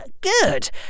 Good